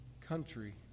country